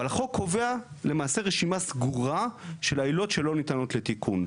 אבל החוק קובע למעשה רשימה סגורה של העילות שלא ניתנות לתיקון.